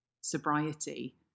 sobriety